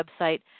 website